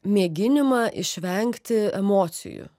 mėginimą išvengti emocijų